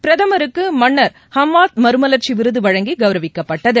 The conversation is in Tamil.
பிரதமருக்கு மன்னர் ஹமாத் மறுமவர்ச்சி விருது வழங்கி கவுரவிக்கப்பட்டது